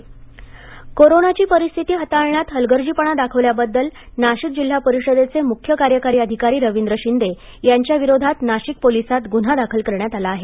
अधिकारी गुन्हा कोरोनाची परिस्थिती हाताळ्यात हलगर्जीपणा दाखवल्याबद्दल नाशिक जिल्हा परिषदेचे मुख्य कार्यकारी अधिकारी रविंद्र शिंदे यांच्या विरोधात नाशिक पोलीसांत गुन्हा दाखल करण्यात आला आहे